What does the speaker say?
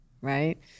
right